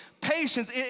patience